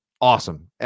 Awesome